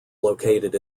located